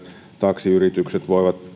taksiyritykset voivat